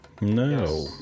No